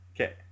Okay